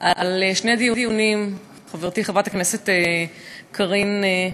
על שני דיונים, חברתי חברת הכנסת קארין אלהרר,